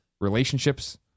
Relationships